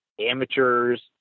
amateurs